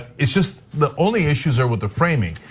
it's just, the only issues are with the framing.